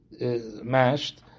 mashed